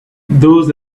those